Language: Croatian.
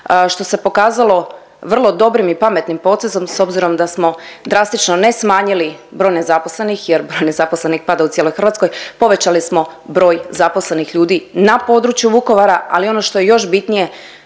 što se pokazalo vrlo dobrim i pametnim potezom s obzirom da smo drastično ne smanjili broj nezaposlenih jer broj nezaposlenih pada u cijeloj Hrvatskoj, povećali smo broj zaposlenih ljudi na području Vukovara, ali ono što je još bitnije,